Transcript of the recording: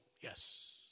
Yes